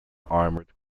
armoured